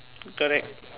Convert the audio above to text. correct